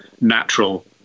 natural